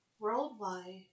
Worldwide